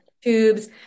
Tubes